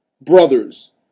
brothers